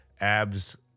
abs